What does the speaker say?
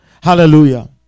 Hallelujah